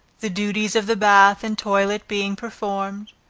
the duties of the bath and toilet being performed,